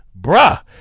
bruh